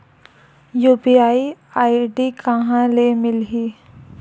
UPI ID कहां ले मिलही?